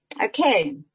okay